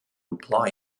apply